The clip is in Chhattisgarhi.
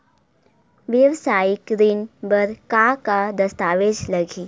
वेवसायिक ऋण बर का का दस्तावेज लगही?